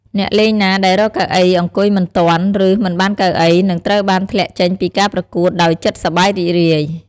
អ្នកលេងណាដែលរកកៅអីអង្គុយមិនទាន់ ឬមិនបានកៅអី នឹងត្រូវបានធ្លាក់ចេញពីការប្រកួត ដោយចិត្តសប្បាយរីករាយ។